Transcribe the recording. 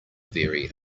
very